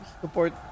support